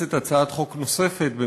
הצעת החוק הזאת חוזרת לדיון בוועדת החוקה,